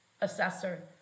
assessor